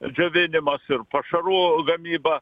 džiovinimas ir pašarų gamyba